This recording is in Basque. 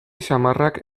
samarrak